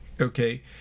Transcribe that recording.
Okay